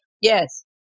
Yes